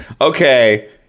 okay